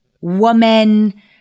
woman